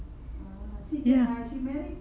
ya